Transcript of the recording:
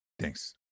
Thanks